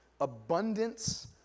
abundance